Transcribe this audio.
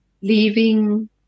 leaving